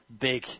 big